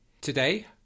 Today